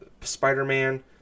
Spider-Man